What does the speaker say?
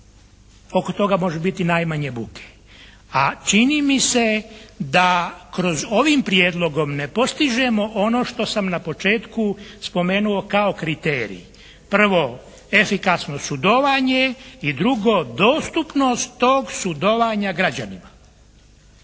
Oko toga može biti najmanje buke. A čini mi se da kroz ovim prijedlogom ne postižemo ono što sam na početku spomenuo kao kriterij. Prvo, efikasno sudovanje i drugo, dostupnost tog sudovanja građanima.